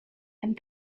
and